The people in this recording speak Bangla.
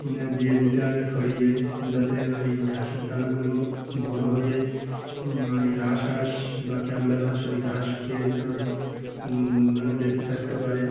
দিয়ে দিতে হবে সরিয়ে যাতে ওই ঘাসের দানাগুলো বড়ো হয়ে ওই রাজ হাঁস বা ক্যাম্বেল হাঁস ওই ঘাস খেয়ে যেন মানে বেঁচে থাকতে পারে